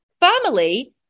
family